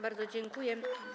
Bardzo dziękuję.